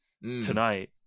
tonight